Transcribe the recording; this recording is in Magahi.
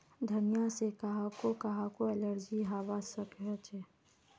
धनिया से काहको काहको एलर्जी हावा सकअछे